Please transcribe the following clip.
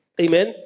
Amen